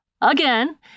Again